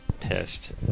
pissed